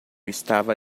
estava